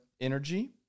energy